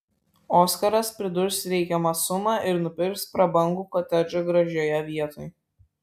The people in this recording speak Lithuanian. oskaras pridurs reikiamą sumą ir nupirks prabangų kotedžą gražioje vietoj